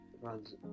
runs